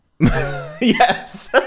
Yes